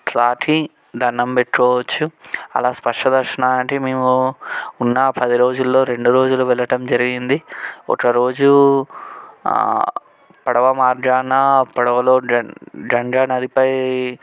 తాకి దండం పెట్టుకోవచ్చు అలా స్పర్శ దర్శనానికి మేము ఉన్న పది రోజుల్లో రెండు రోజులు వెళ్ళటం జరిగింది ఒకరోజు పడవ మార్గాన పడవలో గ గంగా నదిపై